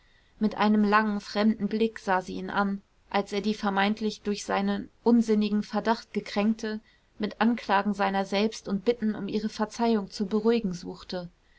mit einem langen fremden blick sah sie ihn an als er die vermeintlich durch seinen unsinnigen verdacht gekränkte mit anklagen seiner selbst und bitten um ihre verzeihung zu beruhigen suchte